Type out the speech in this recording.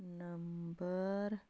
number